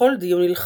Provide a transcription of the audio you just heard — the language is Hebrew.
בכל דיון הלכתי.